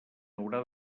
haurà